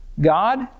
God